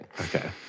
Okay